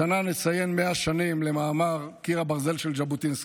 השנה נציין 100 שנים למאמר "קיר הברזל" של ז'בוטינסקי.